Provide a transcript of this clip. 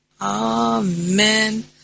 Amen